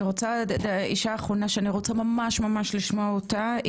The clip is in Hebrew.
אני רוצה אישה אחרונה שאני רוצה ממש ממש לשמוע אותה,